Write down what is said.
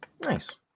Nice